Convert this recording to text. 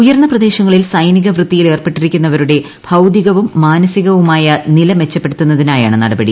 ഉയർന്ന പ്രദേശങ്ങളിൽ സൈനിക വൃത്തിയിലേർപ്പെട്ടിരിക്കുന്നവരുടെ ഭൌതികവും മാനസികവുമായ നില മെച്ചപ്പെടുത്തുന്നതിനായാണ് നടപടി